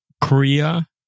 Korea